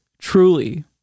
Truly